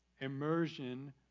immersion